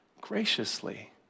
graciously